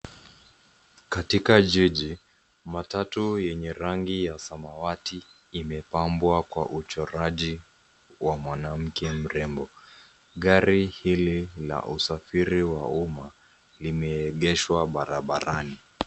Katika jiji, matatu yenye rangi ya samawati yamepambwa kwa uchoraji wa mwanamke mrembo. Gri hili la usafiri wa umma limeegeshwa barabarani.